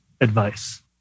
advice